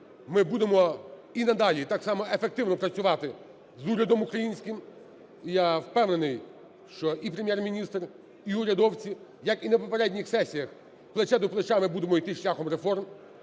ми будемо і надалі так само ефективно працювати з урядом українським. І я впевнений, що і Прем'єр-міністр, і урядовці, як і на попередніх сесіях, плече до плеча ми будемо іти шляхом реформ.